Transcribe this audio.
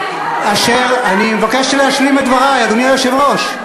אשר, אני מבקש להשלים את דברי, אדוני היושב-ראש.